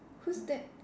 who's that